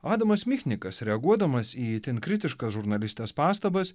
adamas michnikas reaguodamas į itin kritiškas žurnalistės pastabas